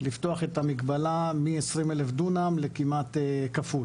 לפתוח את המגבלה מ-20,000 דונם לכמעט כפול